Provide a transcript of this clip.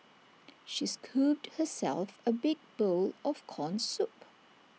she scooped herself A big bowl of Corn Soup